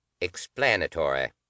Explanatory